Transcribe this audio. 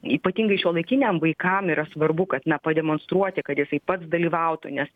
ypatingai šiuolaikiniam vaikam yra svarbu kad na pademonstruoti kad jisai pats dalyvautų nes